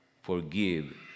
forgive